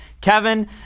Kevin